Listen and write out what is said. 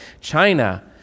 China